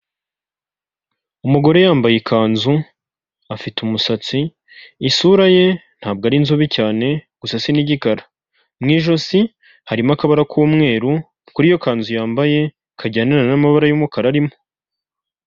Umugore yambaye ikanzu, afite umusatsi, isura ye ntabwo ari inzobi cyane, gusa si n'igikara, mu ijosi harimo akabariro k'umweru kuri iyo kanzu yambaye, kajyanirana n'amabara y'umukara arimo.